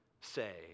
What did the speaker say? say